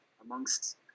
amongst